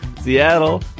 Seattle